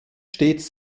stets